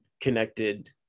connected